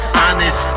honest